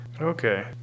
Okay